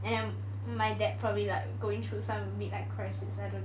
and my dad probably like going through some mid life crisis I don't know